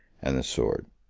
and the sword.